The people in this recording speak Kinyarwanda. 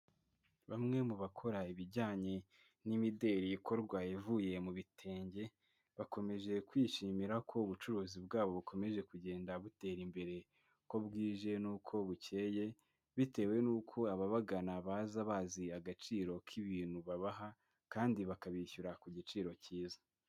Bamwe mu bakora ibijyanye n'imideli ikorwa ivuye mu bitenge. Bakomeje kwishimira ko ubucuruzi bwabo bukomeje kugenda butera imbere, ko bwije nuko bucyeye. Bitewe n'uko ababagana baza bazi agaciro k'ibintu babaha, kandi bakabishyura ku giciro cyiza.